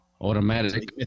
Automatic